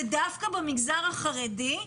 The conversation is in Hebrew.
ודווקא במגזר החרדי,